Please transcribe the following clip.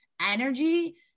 energy